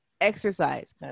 exercise